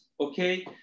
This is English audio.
okay